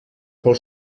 pel